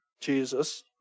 Jesus